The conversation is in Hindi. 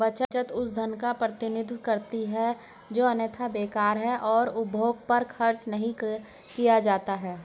बचत उस धन का प्रतिनिधित्व करती है जो अन्यथा बेकार है और उपभोग पर खर्च नहीं किया जाता है